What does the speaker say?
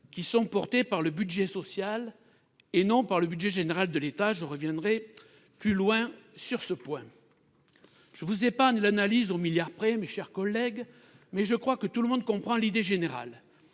qui sont portés par le budget social et non par le budget général de l'État- je reviendrai plus loin sur ce point. Je vous épargne l'analyse au milliard près, mes chers collègues, mais je crois que tout le monde comprend l'idée générale